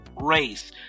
Race